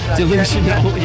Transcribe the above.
delusional